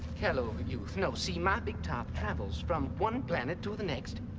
hello, but youth. no see my big top travels from one planet to the next,